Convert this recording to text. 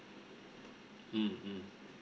mm mm